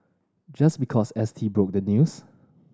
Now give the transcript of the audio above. just because S T broke the news